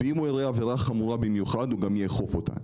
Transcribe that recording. ואם הוא יראה עבירה חמורה במיוחד אז הוא גם יאכוף אותה.